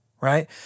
right